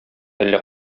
әллә